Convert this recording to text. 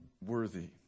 worthy